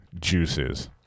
juices